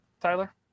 Tyler